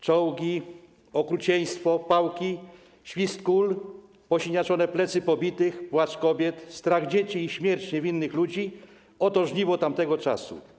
Czołgi, okrucieństwo, pałki, świst kul, posiniaczone plecy pobitych, płacz kobiet, strach dzieci i śmierć niewinnych ludzi - oto żniwo tamtego czasu.